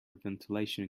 ventilation